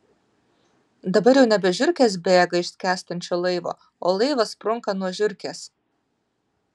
dabar jau nebe žiurkės bėga iš skęstančio laivo o laivas sprunka nuo žiurkės